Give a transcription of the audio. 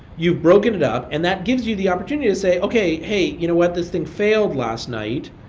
you've broken it up and that gives you the opportunity to say, okay, hey. you know what? this thing failed last night.